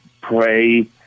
pray